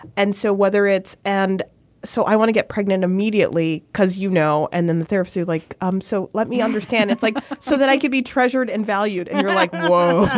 and so whether it's. and so i want to get pregnant immediately cause you know and then the therapist would like um so let me understand it's like so that i could be treasured and valued. and you're like whoa.